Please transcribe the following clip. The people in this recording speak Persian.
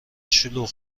شلوغ